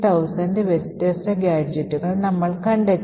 15000 വ്യത്യസ്ത ഗാഡ്ജെറ്റുകൾ നമ്മൾ കണ്ടെത്തി